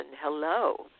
Hello